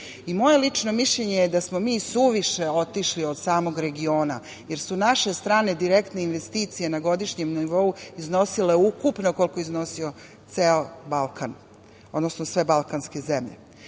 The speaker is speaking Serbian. strane direktne investicije na godišnjem nivou i suviše otišli od samog regiona, jer su naše strane direktne investicije na godišnjem nivou iznosile ukupno koliko je iznosio ceo Balkan, odnosno sve balkanske zemlje. Prema